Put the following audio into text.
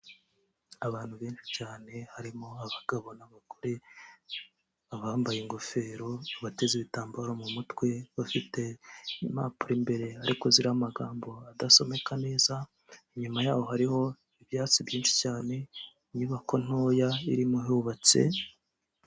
Abantu benshi cyane harimo abagabo n'abagore abambaye ingofero abateze ibitambaro mu mutwe bafite impapuro mbere ariko zirimo amagambo adasomeka neza inyuma yaho hariho ibyatsi byinshi cyane inyubako ntoya irimo ihubatse.